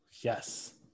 yes